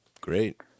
Great